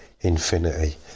infinity